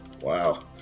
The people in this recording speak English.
wow